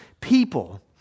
people